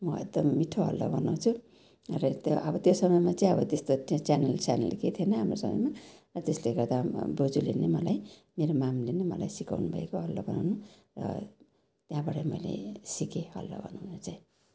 म एकदम मिठो हलुवा बनाउँछु र त्यो अब त्यो समयमा चाहिँ अब त्यस्तो च्यानल स्यानल केही थिएन हाम्रो समयमा त्यसले गर्दा बोजूले नै मलाई मेरो मामले नै मलाई सिकाउनु भएको हलुवा बनाउनु र त्यहाँबाड मैले सिकेँ हलुवा बनाउनु चाहिँ